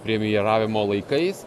premjeravimo laikais